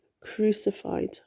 crucified